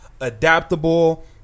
Adaptable